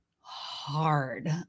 hard